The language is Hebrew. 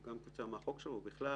גם כתוצאה מהחוק שלו ובכלל